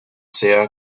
sea